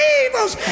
evils